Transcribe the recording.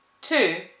Two